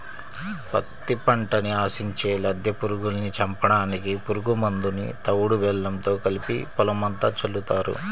పత్తి పంటని ఆశించే లద్దె పురుగుల్ని చంపడానికి పురుగు మందుని తవుడు బెల్లంతో కలిపి పొలమంతా చల్లుతారు